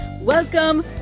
Welcome